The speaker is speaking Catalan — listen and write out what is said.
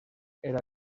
era